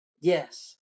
Yes